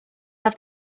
have